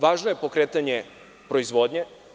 Važno je pokretanje proizvodnje.